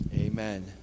Amen